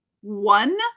one